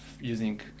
using